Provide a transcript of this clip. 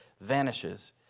vanishes